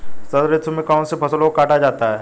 शरद ऋतु में कौन सी फसलों को काटा जाता है?